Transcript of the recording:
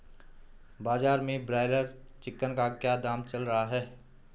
बाजार में broiler chicken का क्या दाम चल रहा है?